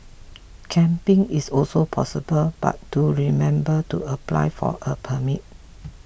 camping is also possible but do remember to apply for a permit